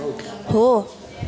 हो